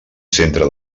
centre